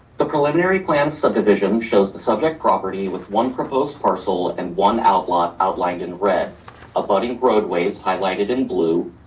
the preliminary plan subdivision shows the subject property with one proposed parcel and one outline outlined in red of budding roadways highlighted in blue,